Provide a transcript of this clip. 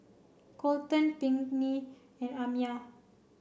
Colten Pinkney and Amiah